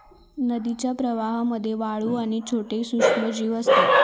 नदीच्या प्रवाहामध्ये वाळू आणि छोटे सूक्ष्मजीव असतत